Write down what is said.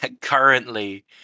currently